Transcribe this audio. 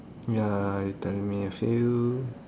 ya tell me a few